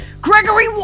Gregory